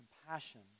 compassion